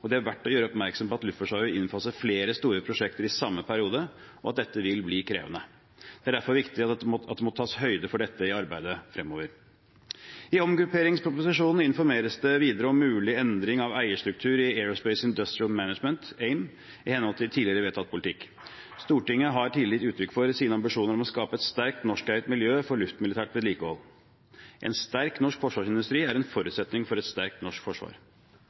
2021–2022. Det er verdt å gjøre oppmerksom på at Luftforsvaret vil innfase flere store prosjekter i samme periode, og at dette vil bli krevende. Det er derfor viktig at det tas høyde for dette i arbeidet fremover. I omgrupperingsproposisjonen informeres det videre om mulig endring av eierstrukturen i Aerospace Industrial Maintenance, AIM, i henhold til tidligere vedtatt politikk. Stortinget har tidligere gitt uttrykk for sine ambisjoner om å skape et sterkt norskeid miljø for luftmilitært vedlikehold. En sterk norsk forsvarsindustri er en forutsetning for et sterkt norsk forsvar.